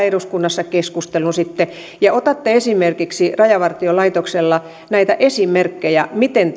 eduskunnassa keskustelun sitten ja otatte esimerkiksi rajavartiolaitoksella näitä esimerkkejä miten